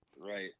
Right